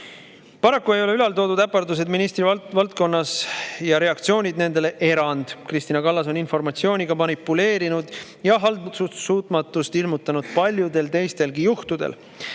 Paraku ei ole ülaltoodud äpardused ministri valdkonnas ja reaktsioonid nendele erand. Kristina Kallas on informatsiooniga manipuleerinud ja haldussuutmatust ilmutanud paljudel teistelgi juhtudel.